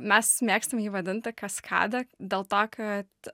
mes mėgstam jį vadinti kaskada dėl to kad